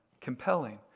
compelling